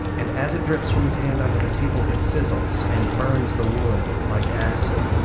and as it drips from his hand onto the table, it sizzles and burns the wood like acid.